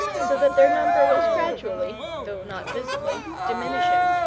so that their number was gradually, though not visibly, diminishing.